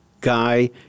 guy